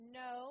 no